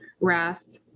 Wrath